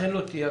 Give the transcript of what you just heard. לכן לא תייגתי.